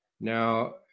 Now